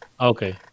okay